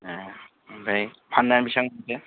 ओमफ्राय फाननानै बेसेबां मोनखो